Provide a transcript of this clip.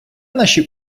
наші